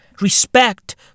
Respect